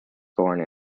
born